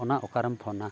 ᱚᱱᱟ ᱚᱠᱟᱨᱮᱢ ᱯᱷᱳᱱᱟ